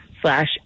slash